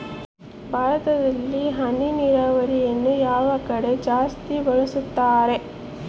ಭಾರತದಲ್ಲಿ ಹನಿ ನೇರಾವರಿಯನ್ನು ಯಾವ ಕಡೆ ಜಾಸ್ತಿ ಬಳಸುತ್ತಾರೆ?